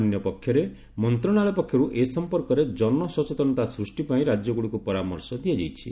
ଅନ୍ୟପକ୍ଷରେ ମନ୍ତ୍ରଣାଳୟ ପକ୍ଷରୁ ଏ ସଂପର୍କରେ ଜନସଚେତନତା ସୃଷ୍ଟି ପାଇଁ ରାଜ୍ୟଗୁଡ଼ିକୁ ପରାମର୍ଶ ଦିଆଯାଇଛି